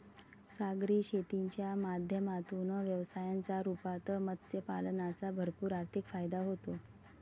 सागरी शेतीच्या माध्यमातून व्यवसायाच्या रूपात मत्स्य पालनाचा भरपूर आर्थिक फायदा होतो